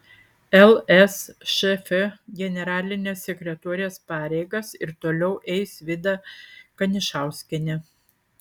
lsšf generalinės sekretorės pareigas ir toliau eis vida kanišauskienė